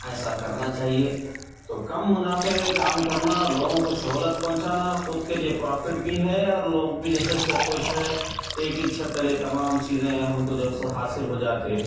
ایسا کرنا چاہیے تو کم منافعہ میں کام کرنا لوگوں کو سہولت پہنچانا خود کے لیے پروفٹ بھی ہے اور لوگ بھی جو ہے سو اس سے خوش ہے ایک ہیچ چھت تلے تمام چیزیں ہم کو جو ہے سو حاصل ہو جاتے